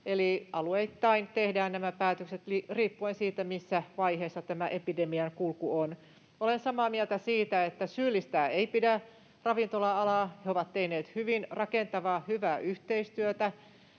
eli alueittain tehdään nämä päätökset riippuen siitä, missä vaiheessa tämä epidemian kulku on. Olen samaa mieltä siitä, että ravintola-alaa ei pidä syyllistää. He ovat tehneet hyvin rakentavaa, hyvää yhteistyötä.